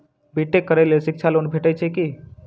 B tech करै लेल शिक्षा लोन भेटय छै की?